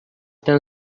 ten